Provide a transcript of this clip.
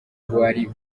wari